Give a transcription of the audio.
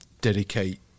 dedicate